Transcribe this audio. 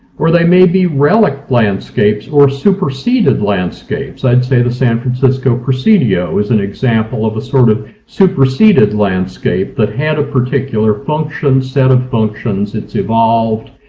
or they may be relic landscapes or superseded landscapes. i'd say the san francisco presidio is an example of a sort of superseded landscape that had a particular function, set of functions, it's evolved,